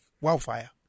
wildfire